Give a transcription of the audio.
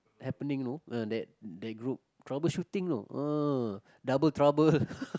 happening know ah that that group troubleshooting know ah double trouble